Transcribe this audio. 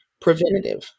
preventative